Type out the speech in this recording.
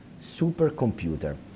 supercomputer